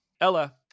Ella